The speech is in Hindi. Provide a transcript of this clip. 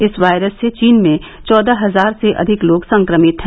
इस वायरस से चीन में चौदह हजार से अधिक लोग संक्रमित हैं